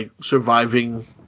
surviving